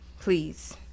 please